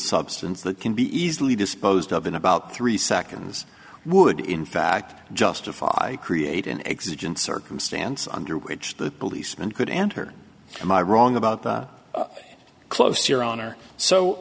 substance that can be easily disposed of in about three seconds would in fact justify create an exit in circumstances under which the policeman could enter am i wrong about the close your honor so